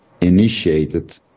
initiated